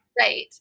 Right